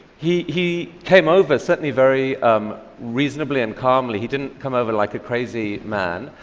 he he came over certainly very um reasonably and calmly. he didn't come over like a crazy man.